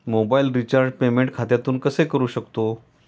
Mobile रिचार्जचे payment खात्यातून कसे करू शकतो?